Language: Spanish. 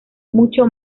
mucho